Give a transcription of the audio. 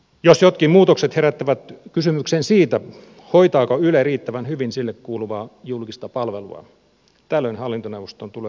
jos jotkin muutokset herättävät kysymyksen siitä hoitaako yle riittävän hyvin sille kuuluvaa julkista palvelua tällöin hallintoneuvoston tulee puuttua asiaan